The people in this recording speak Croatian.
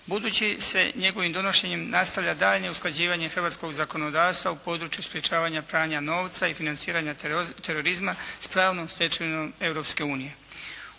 budući se njegovim donošenjem nastavlja daljnje usklađivanje hrvatskoga zakonodavstva u području sprječavanja pranja novca i financiranja terorizma sa pravnom stečevinom